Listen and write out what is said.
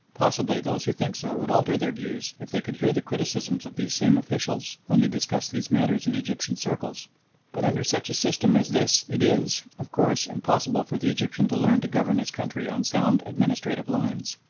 possibly those who think so would alter their views if they could hear the criticisms of these same officials when they discuss these matters in egyptian circles but under such a system as this it is, of course, impossible for the egyptian to learn to govern his country on sound administrative lines.